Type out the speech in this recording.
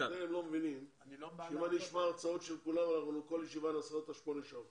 אם נשמע הרצאות כל ישיבה תארך שמונה שעות.